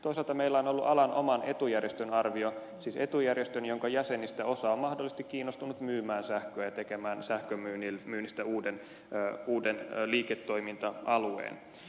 toisaalta meillä on ollut alan oman etujärjestön arvio siis etujärjestön jonka jäsenistä osa on mahdollisesti kiinnostunut myymään sähköä ja tekemään sähkön myynnistä uuden liiketoiminta alueen